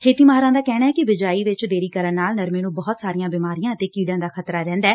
ਖੇਤੀ ਮਾਹਿਰਾਂ ਦਾ ਕਹਿਣੈ ਕਿ ਬੀਜਾਈ ਵਿਚ ਦੇਰੀ ਕਰਨ ਨਾਲ ਨਰਮੇ ਨੂੰ ਬਹੁਤ ਸਾਰੀਆਂ ਬੀਮਾਰੀਆਂ ਅਤੇ ਕੀੜਿਆਂ ਦਾ ਖ਼ਤਰਾ ਰਹਿੰਦੈ